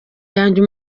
yanjye